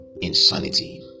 insanity